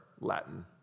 Latin